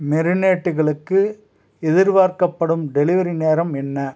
மெரினேட்டுகளுக்கு எதிர்பார்க்கப்படும் டெலிவரி நேரம் என்ன